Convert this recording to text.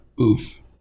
Oof